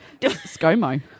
ScoMo